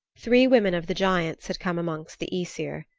three women of the giants had come amongst the aesir.